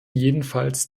jedenfalls